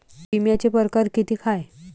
बिम्याचे परकार कितीक हाय?